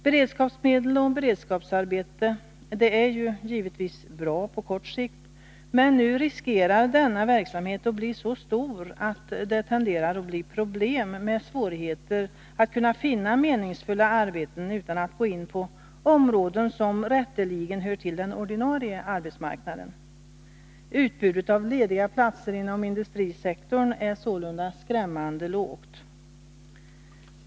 Beredskapsmedel och beredskapsarbeten är givetvis bra på kort sikt, men nu riskerar denna verksamhet att bli så stor att det tenderar att bli svårigheter att finna meningsfulla arbeten utan att gå in på områden som rätteligen hör till den ordinarie arbetsmarknaden. Utbudet av lediga platser inom industrisektorn är sålunda skrämmande lågt.